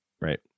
right